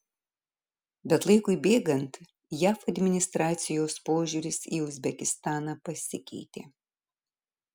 bet laikui bėgant jav administracijos požiūris į uzbekistaną pasikeitė